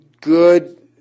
good